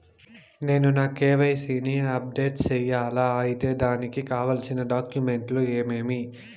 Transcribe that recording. నేను నా కె.వై.సి ని అప్డేట్ సేయాలా? అయితే దానికి కావాల్సిన డాక్యుమెంట్లు ఏమేమీ?